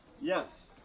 Yes